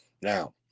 Now